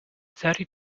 thirty